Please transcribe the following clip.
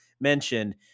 mentioned